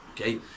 Okay